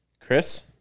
Chris